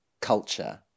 culture